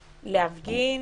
להפגין,